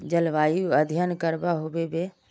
जलवायु अध्यन करवा होबे बे?